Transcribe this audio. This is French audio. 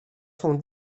sont